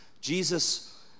Jesus